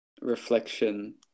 reflection